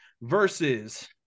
versus